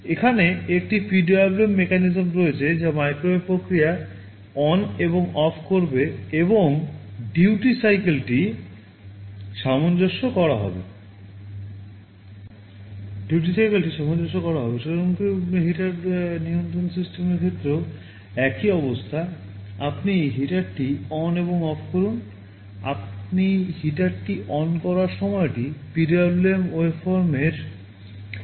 এখানে একটি PWM mechanism রয়েছে যা মাইক্রোওয়েভ প্রক্রিয়া ON এবং OFF করবে এবং ডিউটি সাইকেল এর সাথে আনুপাতিক হবে